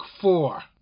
four